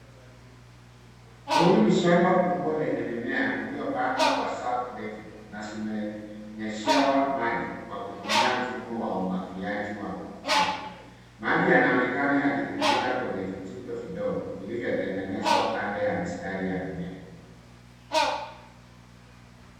Huu ni shamba kubwa lenye mimea uliopandwa kwa safu ndefu na zimenyeshewa maji kwa kutumia mfumo wa umwagiliaji wa juu. Maji yanaonekana yakitiririka kwenye vijito vidogo vilivyotengenezwa kando ya mistari ya mimea.